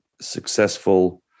successful